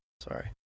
Sorry